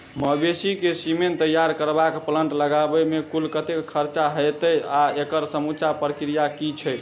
मवेसी केँ सीमन तैयार करबाक प्लांट लगाबै मे कुल कतेक खर्चा हएत आ एकड़ समूचा प्रक्रिया की छैक?